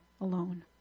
alone